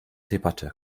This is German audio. debatte